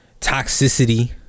toxicity